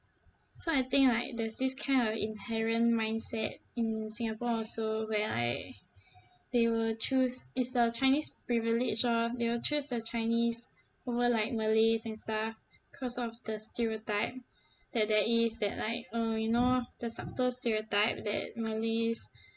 so I think like there's this kind of inherent mindset in singapore also where like they will choose is the chinese privilege lor they will choose the chinese over like malays and stuff cause of the stereotype that there is that like uh you know the subtle stereotype that malays